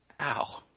Ow